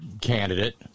candidate